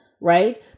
right